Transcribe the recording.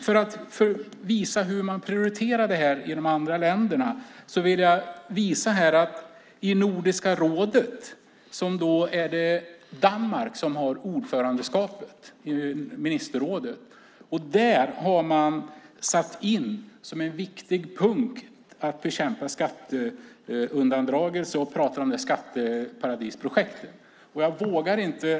För att visa hur man prioriterar det här i de andra länderna vill jag säga att i Nordiska rådet har man satt in som en viktig punkt att bekämpa skatteundandragelse och pratar om skatteparadisprojektet. Danmark har ordförandeskapet i ministerrådet.